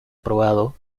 probado